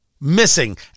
missing